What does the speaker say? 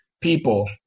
people